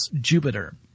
Jupiter